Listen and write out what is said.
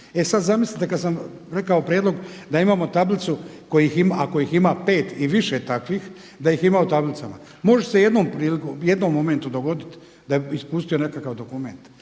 E sad zamislite kad sam rekao prijedlog da imamo tablicu ako ih ima 5 i više takvih da ih ima u tablicama. Može se jednom prilikom, u jednom momentu dogoditi da je ispustio nekakav dokument,